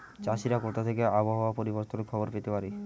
চাষিরা কোথা থেকে আবহাওয়া পরিবর্তনের খবর পেতে পারে?